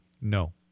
No